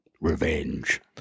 Revenge